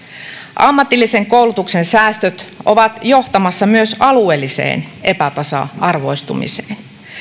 ammatillisen koulutuksen säästöt ovat johtamassa myös alueelliseen epätasa arvoistumiseen